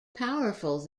powerful